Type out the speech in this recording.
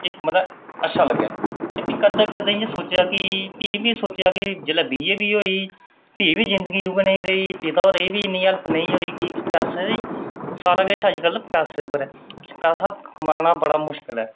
इक मतलब अच्छा लग्गेआ ते भी करदे करदे इ'यां सोचेआ भी बी सोचेआ के जेल्लै बीए बी होई भी बी जिंदगी उ'ऐ नेही रेही भी पिता होरें बी इन्नी हैल्प नेईं होई पैसे दी सारा किश अजकल पैसे पर ऐ पैसा कमाना बड़ा मुश्कल ऐ